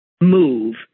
move